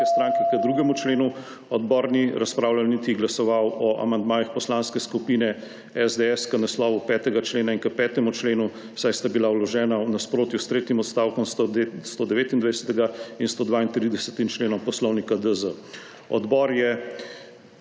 (nadaljevanje) odbor ni razpravljal, niti glasoval o amandmajih Poslanske skupine SDS k naslovu 5. člena in k 5. členu, saj sta bila vložena v nasprotju s tretjim odstavkom 129. in 132. členom Poslovnika DZ. Odbor je